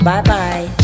Bye-bye